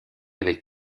avec